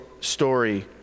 story